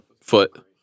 foot